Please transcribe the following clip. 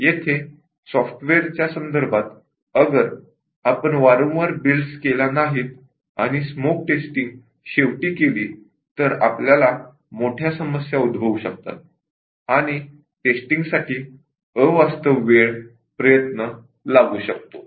येथे सॉफ्टवेअरच्या संदर्भात अगर आपण वारंवार बिल्डस केल्या नाहीत आणि स्मोक टेस्टिंग शेवटी केली तर आपल्याला मोठ्या समस्या उद्भवू शकतात आणि टेस्टिंगसाठी अवास्तव वेळ आणि प्रयत्न लागू शकतो